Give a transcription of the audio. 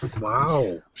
Wow